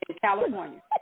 California